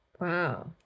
Wow